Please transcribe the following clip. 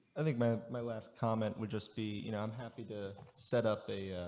i think my my last comment would just be you know i'm happy to set up the,